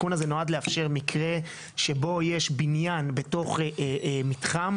הוא נועד לאפשר מקרה שבו יש בניין בתוך מתחם,